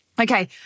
Okay